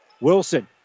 Wilson